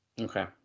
Okay